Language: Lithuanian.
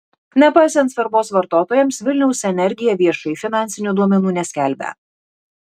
nepaisant svarbos vartotojams vilniaus energija viešai finansinių duomenų neskelbia